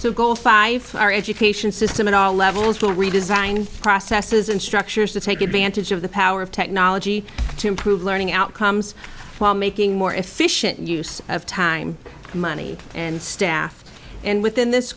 so goal five our education system at all levels to redesign processes and structures to take advantage of the power of technology to improve learning outcomes while making more efficient use of time money and staff and within this